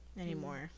anymore